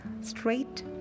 straight